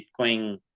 Bitcoin